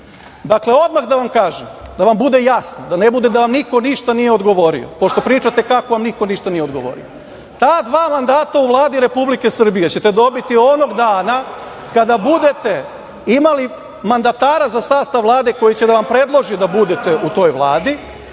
Vladu. Dakle, odmah da vam kažem, da vam bude jasno, da ne bude da vam niko ništa nije odgovorio pošto pričate kako vam niko ništa nije odgovorio, ta dva mandata u Vladi Republike Srbije ćete dobiti onog dana kada budete imali mandatara za sastav Vlade koji će da vam predloži da budete u toj Vladi